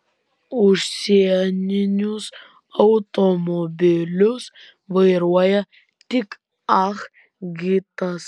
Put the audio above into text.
užsieninius automobilius vairuoja tik ah gitas